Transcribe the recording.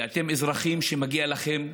כי אתם אזרחים שמגיע להם.